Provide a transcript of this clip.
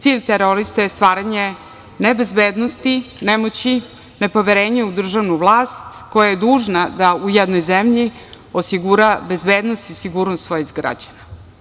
Cilj terorista je stvaranje nebezbednosti, nemoći, nepoverenja u državnu vlast koja je dužna da u jednoj zemlji osigura bezbednost i sigurnost svojih građana.